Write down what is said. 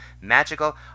magical